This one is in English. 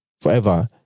forever